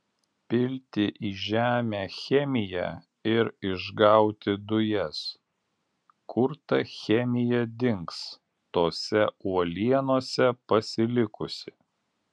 pilti į žemę chemiją ir išgauti dujas kur ta chemija dings tose uolienose pasilikusi